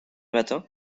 matin